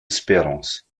espérances